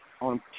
on